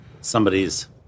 somebody's